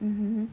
ya